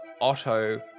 Otto